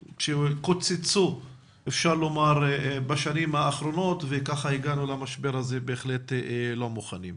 שקוצצו בשנים האחרונות וכך הגענו למשבר הזה בהחלט לא מוכנים.